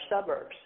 suburbs